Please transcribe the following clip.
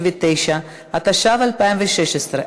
169), התשע"ו 2016,